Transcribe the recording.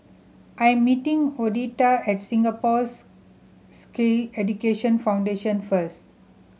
I'm meeting Odette at Singapore's Sikh Education Foundation first